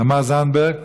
תמר זנדברג,